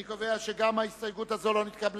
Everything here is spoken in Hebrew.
אני קובע שההסתייגות לא נתקבלה.